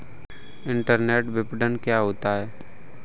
Internet विपणन क्या होता है?